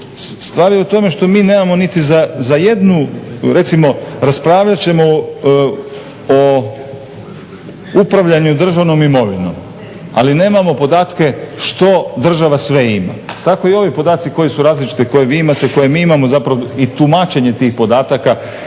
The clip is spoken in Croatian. Stvar je u tome što mi nemamo niti za jednu recimo raspravljat ćemo o upravljanju državnom imovinom, ali nemamo podatke što sve država ima. Tako i ovi podaci koji su različiti koje vi imate, koje mi imamo i tumačenje tih podataka.